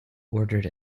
ordered